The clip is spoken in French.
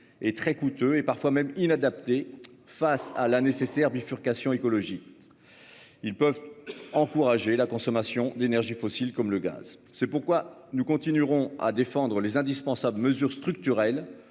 et très coûteux et parfois même inadapté face à la nécessaire bifurcation écologie. Ils peuvent encourager la consommation d'énergies fossiles comme le gaz, c'est pourquoi nous continuerons à défendre les indispensables mesures structurelles